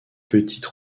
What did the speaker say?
petite